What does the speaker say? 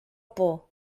por